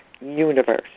universe